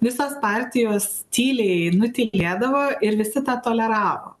visos partijos tyliai nutylėdavo ir visi tą toleravo